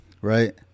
right